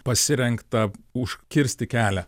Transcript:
pasirengta užkirsti kelią